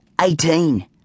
Eighteen